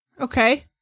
Okay